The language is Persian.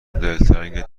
دلتنگ